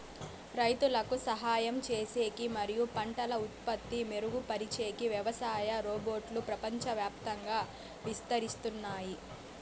రైతులకు సహాయం చేసేకి మరియు పంటల ఉత్పత్తి మెరుగుపరిచేకి వ్యవసాయ రోబోట్లు ప్రపంచవ్యాప్తంగా విస్తరిస్తున్నాయి